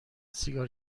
سیگار